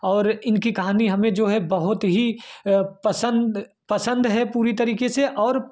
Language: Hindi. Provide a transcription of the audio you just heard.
और इनकी कहानी हमें जो है बहुत ही पसंद पसंद है पूरी तरीके से और